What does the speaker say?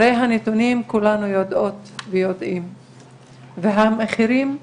אז הדיון היום הוא חלק מיום המודעות המיוחד שנערך